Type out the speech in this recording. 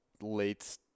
Late